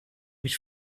mich